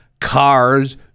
cars